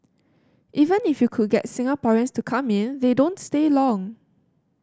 even if you could get Singaporeans to come in they don't stay long